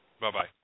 Bye-bye